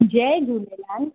Jay Jhulelal